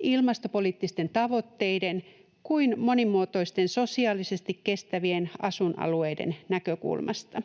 ilmastopoliittisten tavoitteiden kuin monimuotoisten, sosiaalisesti kestävien asuinalueiden näkökulmasta.